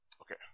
Okay